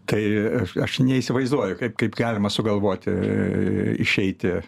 tai aš neįsivaizduoju kaip kaip galima sugalvoti išeiti